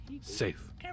safe